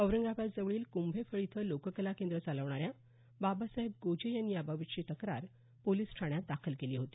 औरंगाबाद जवळील कुंभेफळ इथं लोककला केंद्र चालवणाऱ्या बाबासाहेब गोजे यांनी याबाबतची तक्रार पोलिस ठाण्यात दाखल केली होती